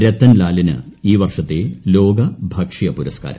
രത്തൻലാലിന് ഈ വർഷത്തെ ലോക ഭക്ഷ്യ പുരസ്ക്കാരം